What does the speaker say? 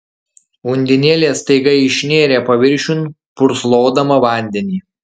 undinėlė staiga išnėrė paviršiun purslodama vandenį